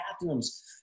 bathrooms